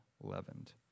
leavened